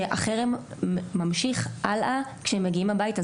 החרם ממשיך הלאה כשהם מגיעים הביתה,